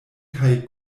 kaj